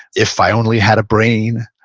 if i only had a brain.